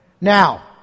Now